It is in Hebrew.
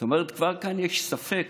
זאת אומרת, כבר כאן יש ספק